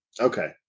Okay